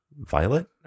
violet